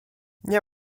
nie